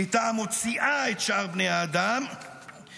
שליטה המוציאה את שאר בני האדם --- הינה